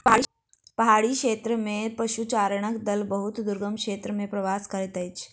पहाड़ी क्षेत्र में पशुचारणक दल बहुत दुर्गम क्षेत्र में प्रवास करैत अछि